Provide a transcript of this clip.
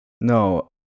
No